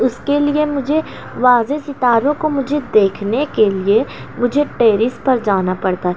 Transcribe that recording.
اس کے لیے مجھے واضح ستاروں کو مجھے دیکھنے کے لیے مجھے ٹیرس پر جانا پڑتا ہے